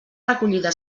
recollida